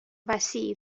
وسیعی